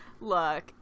look